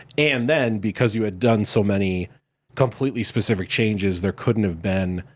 and then, because you had done so many completely specific changes, there couldn't have been,